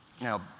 Now